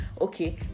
Okay